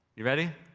you ready?